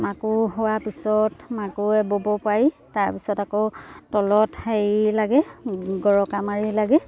মাকো হোৱাৰ পিছত মাকোৰে ব'ব পাৰি তাৰপিছত আকৌ তলত হেৰি লাগে গৰকা মাৰি লাগে